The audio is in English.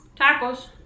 Tacos